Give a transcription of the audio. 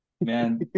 man